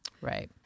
right